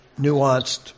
nuanced